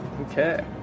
Okay